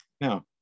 Now